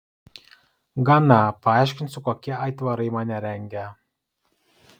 gana paaiškinsiu kokie aitvarai mane rengia